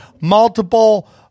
multiple